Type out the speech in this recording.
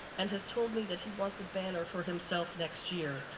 and has told me that he wants a banner for himself next year.